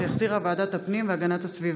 שהחזירה ועדת הפנים והגנת הסביבה,